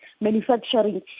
manufacturing